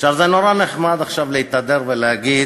עכשיו, זה נורא נחמד עכשיו להתהדר ולהגיד: